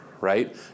right